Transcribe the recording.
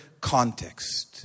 context